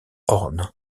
horn